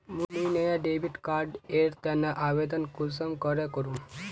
मुई नया debit card एर तने आवेदन कुंसम करे करूम?